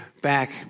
back